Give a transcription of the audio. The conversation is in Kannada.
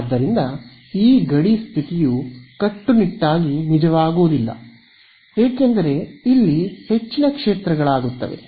ಆದ್ದರಿಂದ ಈ ಗಡಿ ಸ್ಥಿತಿಯು ಕಟ್ಟುನಿಟ್ಟಾಗಿ ನಿಜವಾಗುವುದಿಲ್ಲ ಏಕೆಂದರೆ ಇಲ್ಲಿ ಹೆಚ್ಚಿನ ಕ್ಷೇತ್ರಗಳಿವೆ